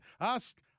Ask